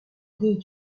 idée